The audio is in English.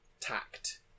tact